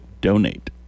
Donate